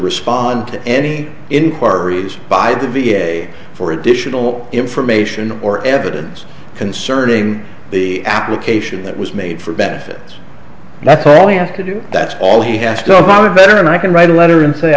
respond to any inquiries by the v a for additional information or evidence concerning the application that was made for benefits and that's all you have to do that's all he has gotten better and i can write a letter and say